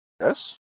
Yes